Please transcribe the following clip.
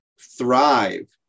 thrive